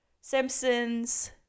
Simpsons